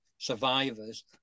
survivors